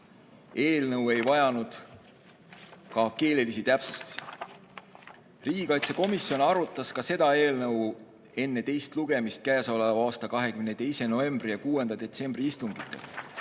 Eelnõu ei vajanud ka keelelisi täpsustusi. Riigikaitsekomisjon arutas ka seda eelnõu enne teist lugemist k.a 22. novembri ja 6. detsembri istungil.